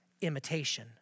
imitation